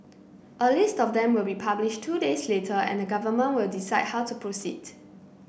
a list of them will be publish two days later and the government will decide how to proceed